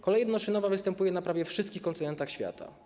Kolej jednoszynowa występuje na prawie wszystkich kontynentach świata.